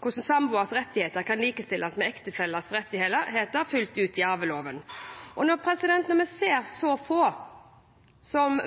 hvordan samboeres rettigheter kan likestilles fullt ut med ektefellers rettigheter i arveloven. Når vi ser så få